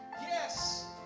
yes